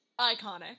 iconic